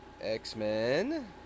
X-Men